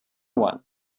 one